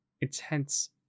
intense